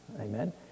Amen